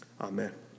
Amen